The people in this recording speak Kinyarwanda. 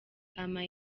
ama